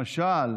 למשל,